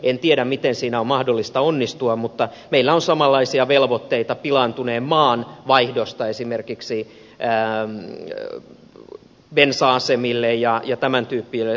en tiedä miten siinä on mahdollista onnistua mutta meillä on samanlaisia velvoitteita pilaantuneen maan vaihdosta esimerkiksi bensa asemille ja tämäntyyppisille toimijoille